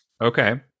Okay